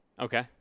Okay